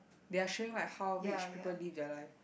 they are showing like how rich people live their live